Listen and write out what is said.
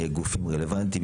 גופים רלוונטיים,